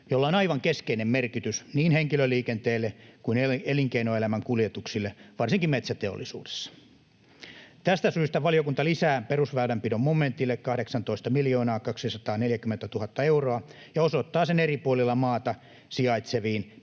jolla on aivan keskeinen merkitys niin henkilöliikenteelle kuin elinkeinoelämän kuljetuksille varsinkin metsäteollisuudessa. Tästä syystä valiokunta lisää perusväylänpidon momentille 18 240 000 euroa ja osoittaa sen eri puolilla maata sijaitseviin